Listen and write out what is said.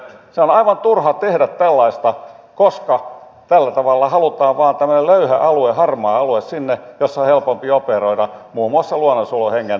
on aivan turhaa tehdä tällaista koska tällä tavalla halutaan vain tämmöinen löyhä alue harmaa alue sinne missä on helpompi operoida muun muassa luonnonsuojeluhengen vastaisesti